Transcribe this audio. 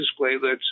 platelets